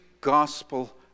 gospel